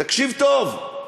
תקשיב טוב,